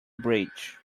bridge